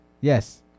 Yes